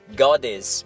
goddess